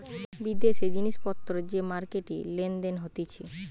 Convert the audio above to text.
বিদেশি জিনিস পত্তর যে মার্কেটে লেনদেন হতিছে